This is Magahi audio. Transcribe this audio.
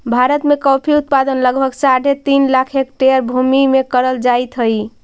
भारत में कॉफी उत्पादन लगभग साढ़े तीन लाख हेक्टेयर भूमि में करल जाइत हई